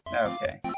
Okay